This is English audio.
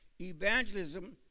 Evangelism